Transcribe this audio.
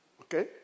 Okay